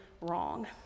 wrong